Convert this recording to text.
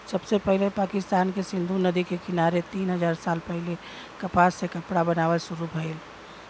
सबसे पहिले पाकिस्तान के सिंधु नदी के किनारे तीन हजार साल पहिले कपास से कपड़ा बनावल शुरू भइल